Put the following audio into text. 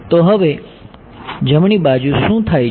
તો હવે જમણી બાજુ શું થાય છે